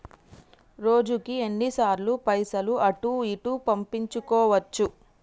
రోజుకు ఎన్ని సార్లు పైసలు అటూ ఇటూ పంపించుకోవచ్చు?